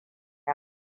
ya